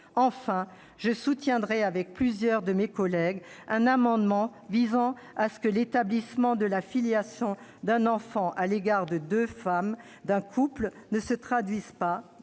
Enfin, je soutiendrai avec plusieurs de mes collègues un amendement visant à ce que l'établissement de la filiation d'un enfant à l'égard des deux femmes d'un couple ne se traduise pas